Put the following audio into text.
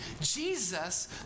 Jesus